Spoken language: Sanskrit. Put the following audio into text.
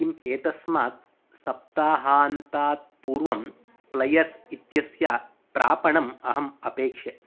किम् एतस्मात् सप्ताहान्तात् पूर्वं प्लैयर्स् इत्यस्य प्रापणम् अहम् अपेक्षे